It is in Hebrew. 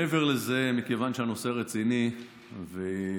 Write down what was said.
מעבר לזה, מכיוון שהנושא רציני ומעמיק,